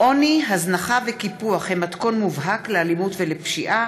איציק שמולי, רויטל סויד, סתיו שפיר ואילן גילאון,